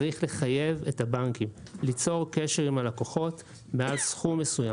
צריך לחייב את הבנקים ליצור קשר עם הלקוחות מעל סכום מסוים.